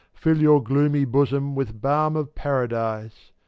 fill your gloomy bosom with balm of paradise.